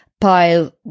pile